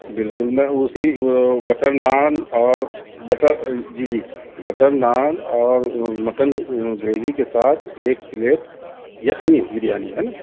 بالکل میں اُسی بٹر نان اور بٹر جی جی بٹر نان اور مٹن گریوی کے ساتھ ایک پلیٹ یخنی بریانی ہے نا